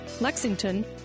Lexington